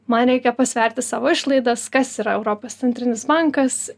man reikia pasverti savo išlaidas kas yra europos centrinis bankas